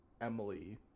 Emily